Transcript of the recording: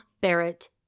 Barrett